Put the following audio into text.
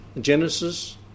Genesis